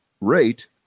rate